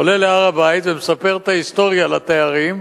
עולה להר-הבית ומספר את ההיסטוריה לתיירים,